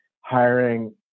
hiring